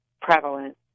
prevalent